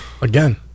again